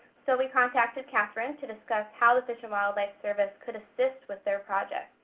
so we contacted catherine to discuss how the fish and wildlife service could assist with their project.